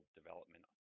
development